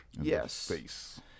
Yes